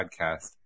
podcast